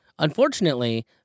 Unfortunately